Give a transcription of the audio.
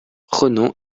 ronan